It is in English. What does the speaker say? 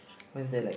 why is there like